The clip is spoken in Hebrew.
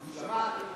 שמעת.